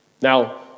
Now